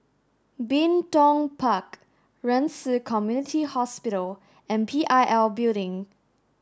Bin Tong Park Ren Ci Community Hospital and P I L Building